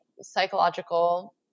psychological